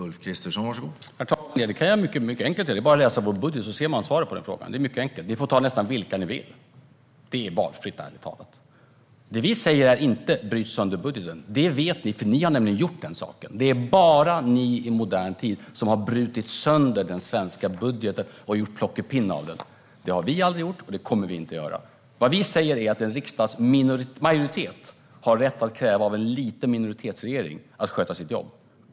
Herr talman! Det är mycket enkelt. Det är bara att läsa vår budget så hittar man svaret på den frågan. Ni får ta nästan vilka ni vill, det är valfritt. Vi säger inte att man ska bryta sönder budgeten; det vet ni. Ni har nämligen gjort det. Det är bara ni i modern tid som har brutit sönder den svenska budgeten och gjort plockepinn av den. Det har vi aldrig gjort, och det kommer vi inte heller att göra. Vad vi säger är att en riksdagsmajoritet har rätt att kräva av en minoritetsregering att den ska sköta sitt jobb.